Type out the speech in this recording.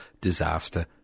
disaster